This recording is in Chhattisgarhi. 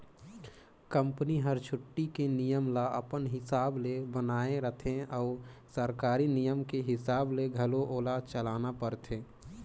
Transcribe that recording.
कंपनी हर छुट्टी के नियम ल अपन हिसाब ले बनायें रथें अउ सरकारी नियम के हिसाब ले घलो ओला चलना परथे